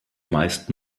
meist